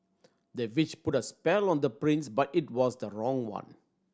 the witch put a spell on the prince but it was the wrong one